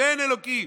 שאין אלוקים?